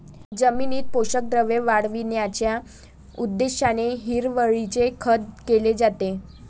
जमिनीतील पोषक द्रव्ये वाढविण्याच्या उद्देशाने हिरवळीचे खत केले जाते